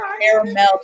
caramel